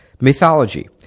Mythology